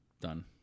Done